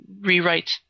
rewrite